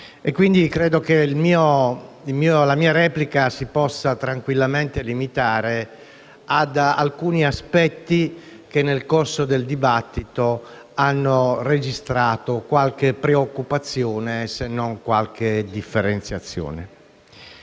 credo che la mia replica si possa tranquillamente limitare ad alcuni aspetti che nel corso del dibattito hanno registrato qualche preoccupazione, se non qualche differenziazione.